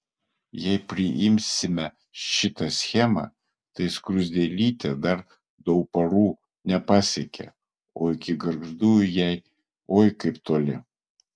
jeigu priimsime šitą schemą tai skruzdėlytė dar dauparų nepasiekė o iki gargždų jai oi kaip toli